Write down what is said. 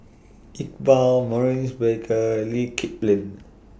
Iqbal Maurice Baker Lee Kip Lin